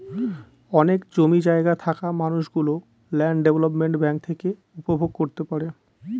অনেক জমি জায়গা থাকা মানুষ গুলো ল্যান্ড ডেভেলপমেন্ট ব্যাঙ্ক থেকে উপভোগ করতে পারে